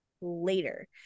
later